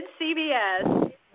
CBS